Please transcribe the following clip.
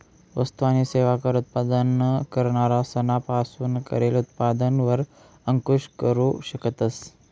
वस्तु आणि सेवा कर उत्पादन करणारा सना पासून करेल उत्पादन वर अंकूश करू शकतस